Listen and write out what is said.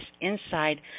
inside